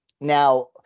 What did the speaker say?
now